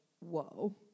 whoa